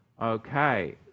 Okay